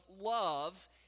love